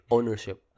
Ownership